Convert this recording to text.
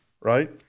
right